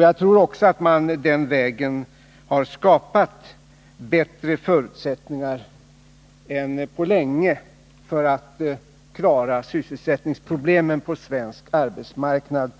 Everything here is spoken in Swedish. Jag tror också att man den vägen har skapat bättre förutsättningar än på länge för att klara sysselsättningsproblemen på svensk arbetsmarknad.